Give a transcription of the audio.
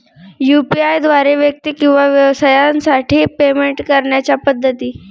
UPI द्वारे व्यक्ती किंवा व्यवसायांसाठी पेमेंट करण्याच्या पद्धती